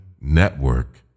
network